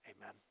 Amen